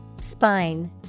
Spine